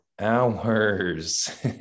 hours